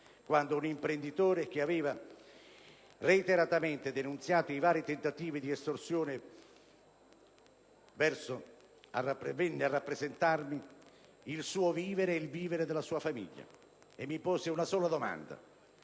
quando un imprenditore che aveva reiteratamente denunziato i vari tentativi di estorsione venne a rappresentarmi il suo vivere e quello della sua famiglia e mi pose una sola domanda: